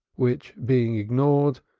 which being ignored,